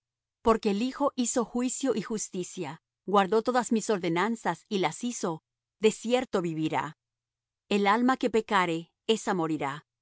porque el hijo hizo juicio y justicia guardó todas mis ordenanzas y las hizo de cierto vivirá el alma que pecare esa morirá el